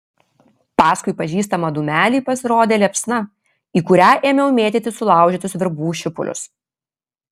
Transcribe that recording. paskui pažįstamą dūmelį pasirodė liepsna į kurią ėmiau mėtyti sulaužytus virbų šipulius